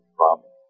problem